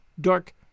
dark